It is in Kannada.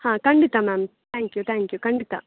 ಹಾಂ ಖಂಡಿತ ma'am thank you thank you ಖಂಡಿತ